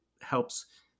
helps